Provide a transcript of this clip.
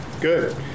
good